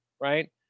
right